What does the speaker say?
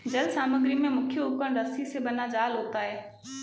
जल समग्री में मुख्य उपकरण रस्सी से बना जाल होता है